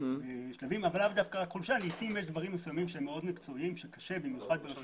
לאו דווקא חולשה, לעיתים פשוט קשה לרשות